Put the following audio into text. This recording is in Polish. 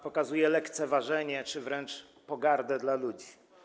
Pokazuje lekceważenie czy wręcz pogardę dla ludzi.